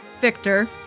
Victor